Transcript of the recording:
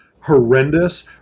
horrendous